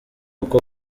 uko